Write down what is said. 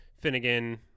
Finnegan